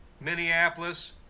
Minneapolis